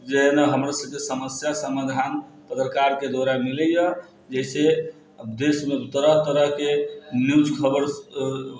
जे ना हमर सबके समस्या समाधान सरकारके द्वारा मिलै यऽ जाहिसँ देशमे तरह तरहके न्यूज खबर